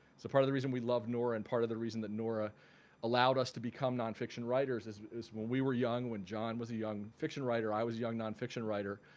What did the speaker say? so part of the reason we love nora and part of the reason that nora allowed us to become nonfiction writers is is when we were young, when john was a young fiction writer, i was a young nonfiction writer,